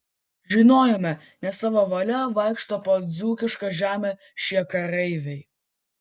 žinojome ne savo valia vaikšto po dzūkišką žemę šie kareiviai